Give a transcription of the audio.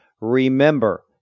remember